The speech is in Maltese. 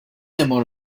imur